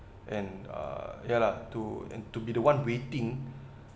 and uh ya lah to and to be the one waiting